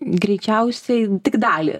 greičiausiai tik dalį